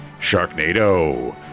Sharknado